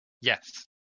yes